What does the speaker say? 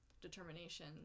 determination